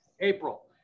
April